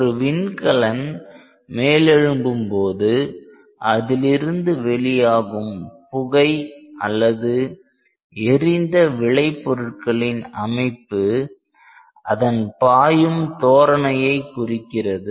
ஒரு விண்கலன் மேலெழும்பும் போது அதிலிருந்து வெளியாகும் புகை அல்லது எரிந்த விளைபொருட்களின் அமைப்பு அதன் பாயும் தோரணையை குறிக்கிறது